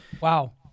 Wow